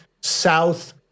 south